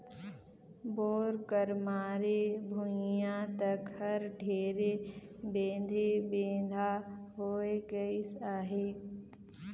bore कर मारे भुईया तक हर ढेरे बेधे बेंधा होए गइस अहे